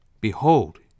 Behold